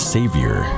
Savior